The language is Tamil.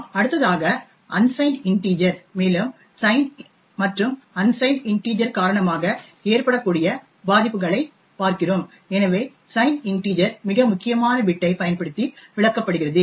நாம் அடுத்ததாக அன்சைன்ட் இன்டிஜர் மேலும் சைன்ட் மற்றும் அன்சைன்ட் இன்டிஜர் காரணமாக ஏற்படக்கூடிய பாதிப்புகளை பார்க்கிறோம் எனவே சைன்ட் இன்டிஜர் மிக முக்கியமான பிட்டைப் பயன்படுத்தி விளக்கப்படுகிறது